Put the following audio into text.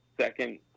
second